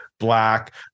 black